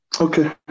Okay